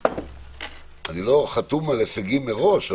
אני לא חתום על הישגים מראש,